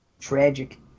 Tragic